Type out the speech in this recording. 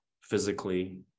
physically